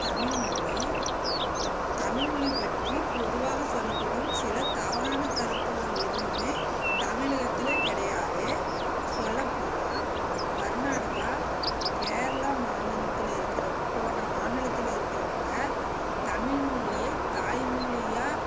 தமிழ் மொழி தமிழ் மொழி பற்றி பொதுவாக சொல்லப்படும் சில தவறான கருத்துகள் எதுவுமே தமிழகத்தில் கிடையாது சொல்லப் போனால் கர்நாடகா கேரளா மாநிலத்தில் இருக்கிற போன்ற மாநிலத்தில் இருக்கிறவங்க தமிழ் மொழிய தாய்மொழியா